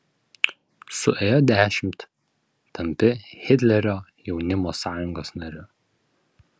suėjo dešimt tampi hitlerio jaunimo sąjungos nariu